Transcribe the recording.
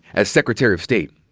as secretary of state,